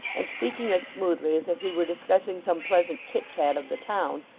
and speaking as smoothly as if he were discussing some pleasant chit-chat of the town,